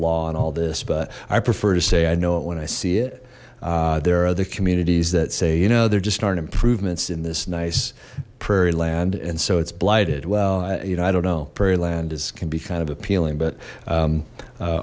law and all this but i prefer to say i know it when i see it there are other communities that say you know there just aren't improvements in this nice prairie land and so it's blighted well you know i don't know prairie land is can be kind of appealing but